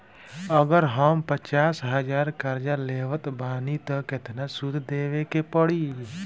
अगर हम पचास हज़ार कर्जा लेवत बानी त केतना सूद देवे के पड़ी?